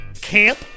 camp